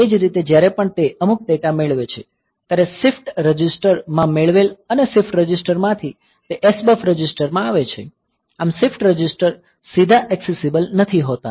એ જ રીતે જ્યારે પણ તે અમુક ડેટા મેળવે છે ત્યારે તે શિફ્ટ રજિસ્ટર માં આવેલ છે અને શિફ્ટ રજિસ્ટરમાંથી તે SBUF રજિસ્ટરમાં આવે છે આમ શિફ્ટ રજિસ્ટર સીધા એકસીસીબલ નથી હોતા